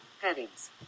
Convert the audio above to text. Headings